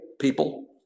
people